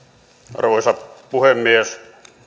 arvoisa puhemies